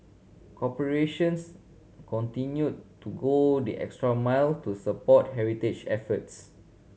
corporations continued to go the extra mile to support heritage efforts